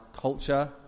culture